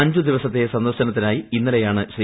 അഞ്ച് ദിവസത്തെ സന്ദർശനത്തിനായി ഇന്നലെയാണ് ശ്രീ